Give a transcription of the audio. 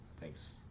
Thanks